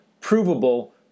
provable